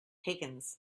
higgins